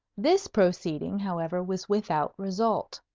this proceeding, however, was without result.